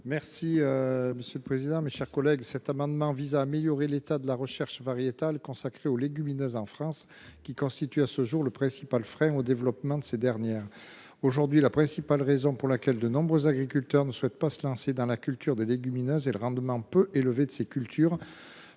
: La parole est à M. Bernard Buis. Cet amendement vise à améliorer l’état de la recherche variétale consacrée aux légumineuses en France, qui constitue à ce jour le principal frein au développement de ces dernières. Aujourd’hui, la raison majeure pour laquelle de nombreux agriculteurs ne souhaitent pas se lancer dans la culture des légumineuses est le rendement peu élevé de cette